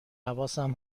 حواسم